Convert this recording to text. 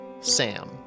Sam